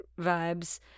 vibes